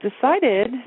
decided